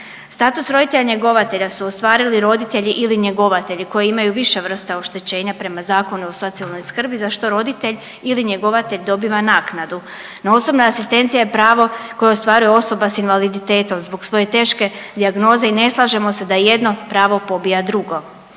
Status roditelja njegovatelja su ostvarili roditelji ili njegovatelji koji imaju više vrsta oštećenja prema Zakonu o socijalnoj skrbi za što roditelj ili njegovatelj dobiva naknadu. No osobna asistencija je pravo koje ostvaruje osoba sa invaliditetom zbog svoje teške dijagnoze i ne slažemo se da jedno pravo pobija drugo.